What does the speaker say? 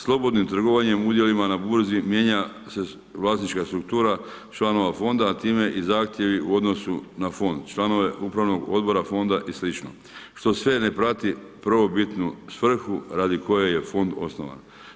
Slobodnim trgovanjem udjelima na burzi mijenja se vlasničko struktura članova fonda a time i zahtjevi u odnosu na fond, članove upravnog odbora fonda i sl. što sve ne prati prvobitnu svrhu radi koje je fond osnovan.